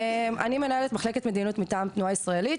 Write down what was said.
אני מנהלת מחלקת מדיניות מטעם התנועה הישראלית,